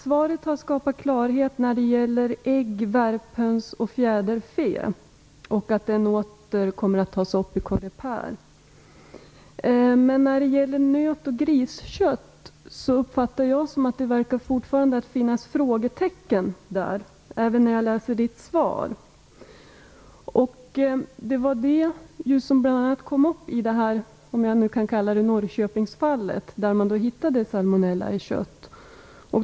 Svaret har skapat klarhet när det gäller ägg, värphöns och fjäderfä. Jordbruksministern säger också att frågan åter kommer att tas upp i Coreper. Men jag uppfattar det som att det fortfarande verkar finnas frågetecken när det gäller nöt och griskött, även när jag läser jordbruksministerns svar. Det var bl.a. det som kom upp i det s.k. Norrköpingsfallet, där man hittade salmonella i kött.